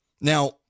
Now